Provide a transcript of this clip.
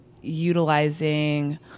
utilizing